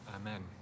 amen